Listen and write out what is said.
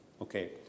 Okay